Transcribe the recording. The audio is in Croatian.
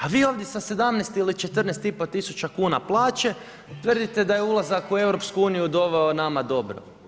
A vi ovdje sa 17 ili 14,5 tisuća kuna plaće tvrdite da je ulazak u EU, doveo nama dobro.